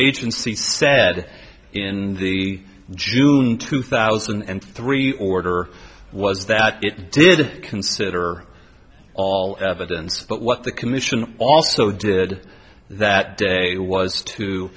agency said in the june two thousand and three order was that it did consider all evidence but what the commission also did that day was to